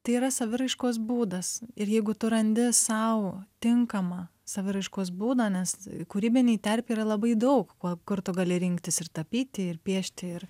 tai yra saviraiškos būdas ir jeigu tu randi sau tinkamą saviraiškos būdą nes kūrybinėj terpėj yra labai daug kuo kur tu gali rinktis ir tapyti ir piešti ir